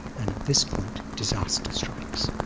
and at this point disaster strikes.